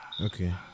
Okay